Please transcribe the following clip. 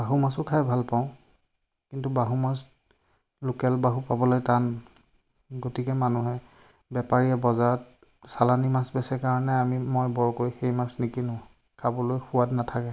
বাহু মাছো খাই ভাল পাওঁ কিন্তু বাহু মাছ লোকেল বাহু পাবলৈ টান গতিকে মানুহে বেপাৰীয়ে বজাৰত চালানি মাছ বেচে কাৰণে আমি মই বৰকৈ সেই মাছ নিকিনো খাবলৈ সোৱাদ নাথাকে